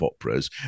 operas